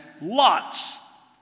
lots